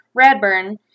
Radburn